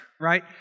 right